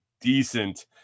decent